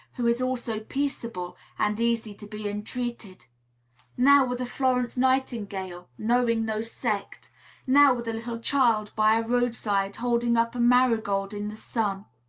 who is also peaceable and easy to be entreated now with a florence nightingale, knowing no sect now with a little child by a roadside, holding up a marigold in the sun